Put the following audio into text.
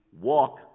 walk